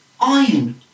iron